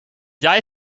jij